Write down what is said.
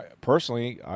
personally